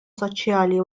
soċjali